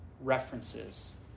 references